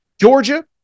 Georgia